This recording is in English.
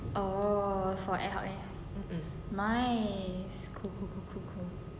oh for ad hoc eh nice cool cool cool cool cool